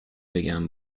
بگم